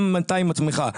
גם אתה עם עצמך,